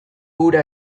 ura